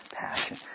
passion